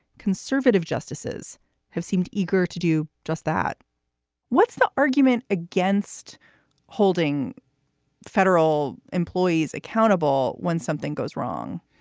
conservative justices have seemed eager to do just that what's the argument against holding federal employees accountable when something goes wrong?